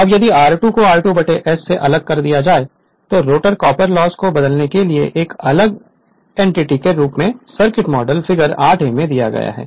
Refer Slide Time 3541 अब यदि r2 ' को r2 ' s से अलग कर दिया जाए तो रोटर कॉपर लॉस को बदलने के लिए एक अलग एनटीटी के रूप में सर्किट मॉडल फिगर 8 a में दिखाया गया है